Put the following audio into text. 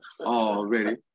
already